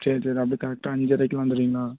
சரி சரி அப்படியே கரெக்டாக அஞ்சரைக்கு வந்துடுறீங்களா